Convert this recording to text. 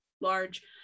large